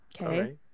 Okay